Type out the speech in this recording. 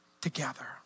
together